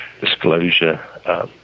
disclosure